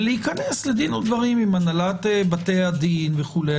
ולהיכנס לדין ודברים עם הנהלת בתי הדין וכולי.